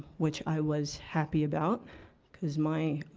which i was happy about because my,